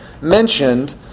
mentioned